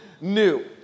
new